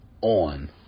on